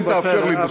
אם תאפשר לי,